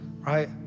right